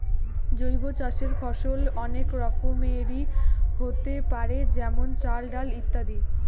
জৈব চাষের ফসল অনেক রকমেরই হোতে পারে যেমন চাল, ডাল ইত্যাদি